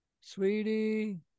Sweetie